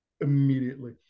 immediately